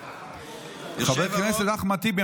חבר הכנסת אחמד טיבי,